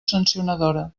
sancionadora